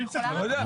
אני לא יודע,